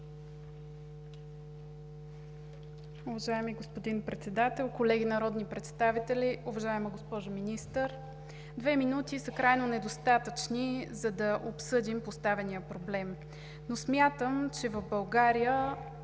Уважаеми господин Председател, колеги народни представители, уважаема госпожо Министър! Две минути са крайно недостатъчни, за да обсъдим поставения проблем, но смятам, че в България